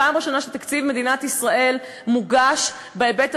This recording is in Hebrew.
פעם ראשונה שתקציב מדינת ישראל מוגש בהיבט המגדרי.